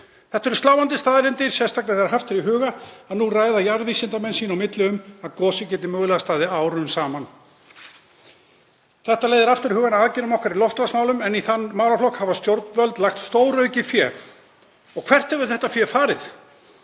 Það eru sláandi staðreyndir, sérstaklega þegar haft er í huga að nú ræða jarðvísindamenn sín á milli um að gosið geti mögulega staðið árum saman. Það leiðir hugann að aðgerðum okkar í loftslagsmálum en í þann málaflokk hafa stjórnvöld lagt stóraukið fé. Hvert hefur það fé farið?